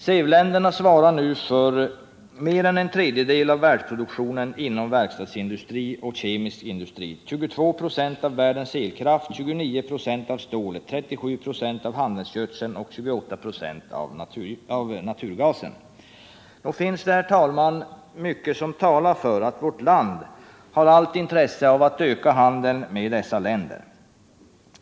SEV-länderna svarar nu för mer än en tredjedel av världsproduktionen inom verkstadsindustri och kemisk industri, 22 procent av världens elkraft, 29 procent av stålet, 37 procent av handelsgödseln och 28 procent av naturgasen.” Nog finns det, herr talman, mycket som talar för att vårt land har allt intresse av att öka handeln med dessa länder.